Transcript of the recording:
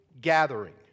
gathering